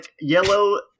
yellow